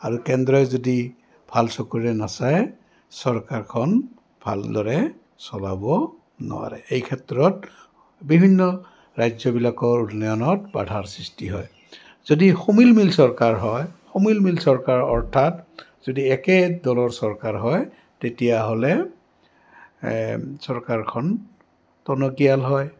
আৰু কেন্দ্ৰই যদি ভাল চকুৰে নাচায় চৰকাৰখন ভালদৰে চলাব নোৱাৰে এই ক্ষেত্ৰত বিভিন্ন ৰাজ্যবিলাকৰ উন্নয়নত বাধাৰ সৃষ্টি হয় যদি সমিলমিল চৰকাৰ হয় সমিলমিল চৰকাৰৰ অৰ্থাৎ যদি একে দলৰ চৰকাৰ হয় তেতিয়াহ'লে চৰকাৰখন টনকীয়াল হয়